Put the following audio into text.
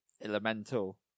Elemental